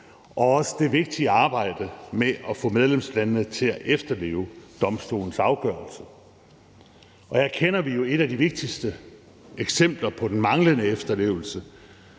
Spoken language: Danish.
og også det vigtige arbejde med at få medlemslandene til at efterleve domstolens afgørelse. Og her kender vi jo et af de vigtigste eksempler på den manglende efterlevelse,